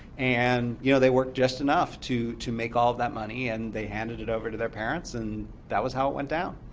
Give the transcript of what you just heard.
and you know they worked just enough to make make all of that money, and they handed it over to their parents, and that was how it went down.